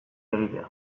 egitea